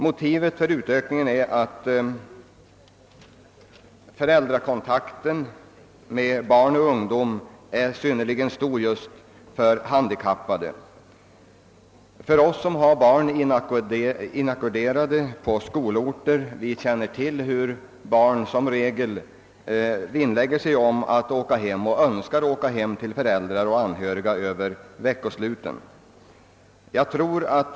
Motivet härför är att föräldrakontakten med barn och ungdom är synnerligen viktig just för handikappade. För oss som har barn inackorderade på skolorter är det välbekant att barnen i regel önskar åka hem till föräldrar och anhöriga över veckosluten och är glada för det.